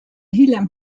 hiljem